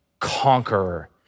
conqueror